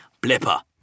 Blipper